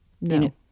No